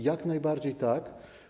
Jak najbardziej tak.